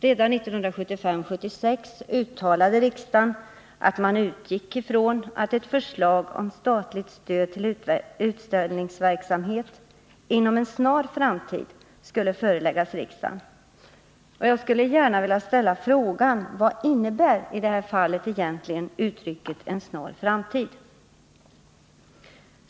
Redan 1975/76 uttalade riksdagen att man utgick från att ett förslag om statligt stöd till utställningsverksamhet inom en snar framtid skulle föreläggas riksdagen. Jag skulle då vilja ställa frågan: Vad innebär egentligen uttrycket ”en snar framtid”?